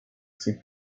sem